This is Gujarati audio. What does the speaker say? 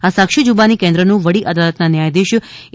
આ સાક્ષી જુબાની કેન્દ્રનું વડી અદાલતના ન્યાયાધીશ એ